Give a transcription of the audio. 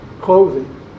Clothing